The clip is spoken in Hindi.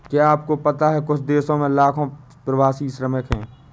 क्या आपको पता है कुछ देशों में लाखों प्रवासी श्रमिक हैं?